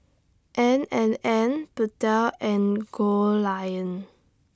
N and N Pentel and Goldlion